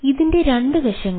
ഇതിന്റെ 2 വശങ്ങൾ